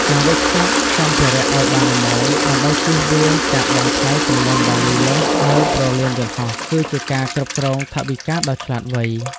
ការវេចខ្ចប់សម្ភារៈឱ្យបានល្មម ដើម្បីជៀសវាងការបង់ថ្លៃទម្ងន់វ៉ាលីលើសនៅព្រលានយន្តហោះ គឺជាការគ្រប់គ្រងថវិកាដ៏ឆ្លាតវៃ។